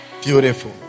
beautiful